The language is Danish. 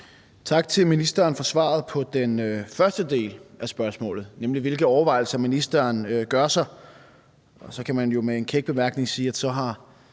Tak til ministeren for svaret på den første del af spørgsmålet, nemlig hvilke overvejelser ministeren gør sig.